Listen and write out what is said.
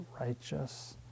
righteous